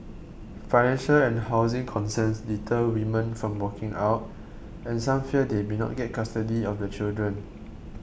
financial and housing concerns deter women from walking out and some fear they may not get custody of the children